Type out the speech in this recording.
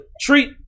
treat